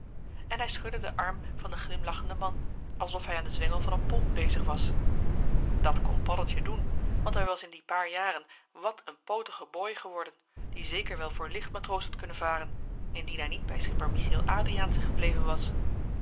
en hij schudde den arm van den glimlachenden man alsof hij aan den zwengel van een pomp bezig was dat kon paddeltje doen want hij was in die joh h been paddeltje de scheepsjongen van michiel de ruijter paar jaren wàt een pootige boy geworden die zeker wel voor licht matroos had kunnen varen indien hij niet bij schipper michiel adriaensen gebleven was